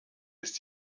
ist